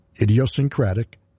idiosyncratic